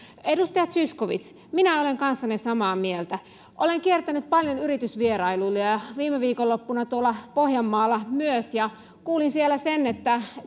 edustaja zyskowicz minä olen kanssanne samaa mieltä olen kiertänyt paljon yritysvierailuilla viime viikonloppuna tuolla pohjanmaalla myös ja kuulin siellä sen että